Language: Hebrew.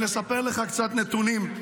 לספר לך קצת נתונים: